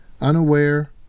Unaware